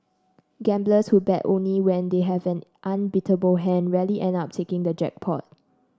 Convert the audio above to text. gamblers who bet only when they have an unbeatable hand rarely end up taking the jackpot